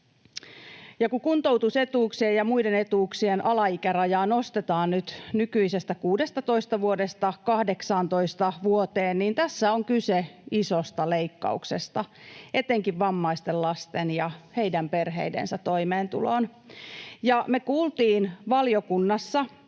kun kuntoutusetuuksien ja muiden etuuksien alaikärajaa nostetaan nyt nykyisestä 16 vuodesta 18 vuoteen, niin tässä on kyse isosta leikkauksesta etenkin vammaisten lasten ja heidän perheidensä toimeentuloon. Me kuultiin valiokunnassa,